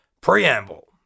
Preamble